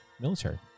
military